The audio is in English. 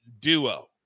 duo